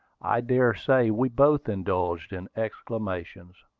i dare say we both indulged in exclamations.